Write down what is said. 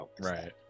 right